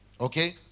Okay